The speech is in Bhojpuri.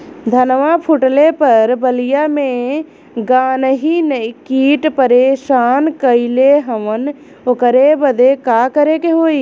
धनवा फूटले पर बलिया में गान्ही कीट परेशान कइले हवन ओकरे बदे का करे होई?